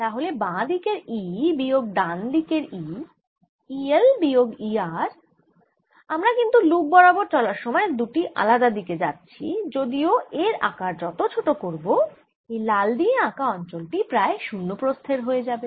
তা হলে বাঁ দিকের E বিয়োগ ডান দিকের E E L বিয়োগ E R আমরা কিন্তু লুপ বরাবর চলার সময় দুটি আলাদা দিকে যাচ্ছি যদিও এর আকার যত ছোট করব এই লাল দিয়ে আঁকা অঞ্চল টি প্রায় শূন্য প্রস্থের হয়ে যাবে